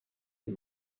and